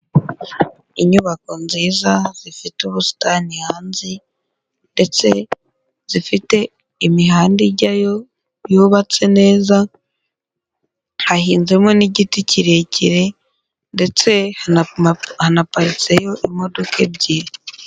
Inyubako nziza zifite ubusitani hanze ndetse zifite imihanda ijyayo yubatse neza, hahinzemo n'igiti kirekire ndetse hanaparitseyo imodoka ebyiri.